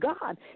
God